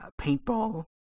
paintball